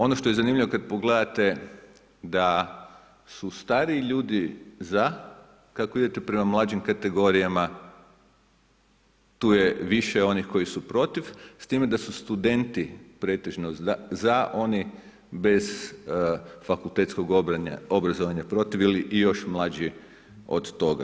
Ono što je zanimljivo kad pogledate da su stariji ljudi za, kako idete prema mlađim kategorijama tu je više onih koji su protiv s time da su studenti pretežno za, oni bez fakultetskog obrazovanja protiv ili i još mlađi od toga.